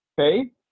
Okay